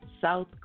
South